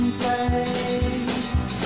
place